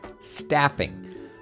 Staffing